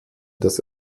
das